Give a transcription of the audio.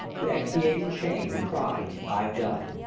to expiate in shame the crimes i've done.